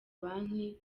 banki